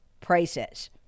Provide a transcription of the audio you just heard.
prices